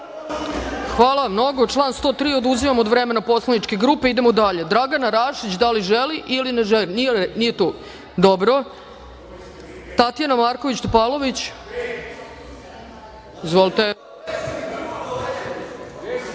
Hvala vam mnogo. Član 103 – oduzimam od vremena poslaničke grupe. Idemo dalje. Dragana Rašić da li želi ili ne želi reč? Nije tu? Dobro. Tatjana Marković Topalović ima reč. Izvolite.